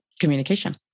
communication